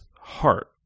heart